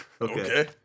Okay